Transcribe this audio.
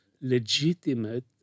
legitimate